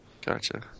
Gotcha